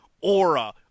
aura